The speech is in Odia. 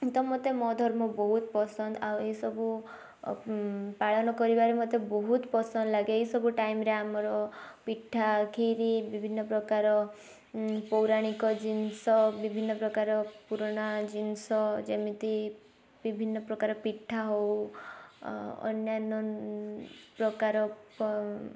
ତ ମତେ ମୋ ଧର୍ମ ବହୁତ ପସନ୍ଦ ଆଉ ଏଇ ସବୁ ପାଳନ କରିବାରେ ମତେ ବହୁତ ପସନ୍ଦ ଲାଗେ ଏଇ ସବୁ ଟାଇମରେ ଆମର ପିଠା କ୍ଷୀରି ବିଭିନ୍ନ ପ୍ରକାର ପୌରାଣିକ ଜିନିଷ ବିଭିନ୍ନ ପ୍ରକାର ପୁରୁଣା ଜିନିଷ ଯେମିତି ବିଭିନ୍ନ ପ୍ରକାର ପିଠା ହଉ ଅନ୍ୟାନ୍ୟ ପ୍ରକାର ପ